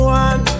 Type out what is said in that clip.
one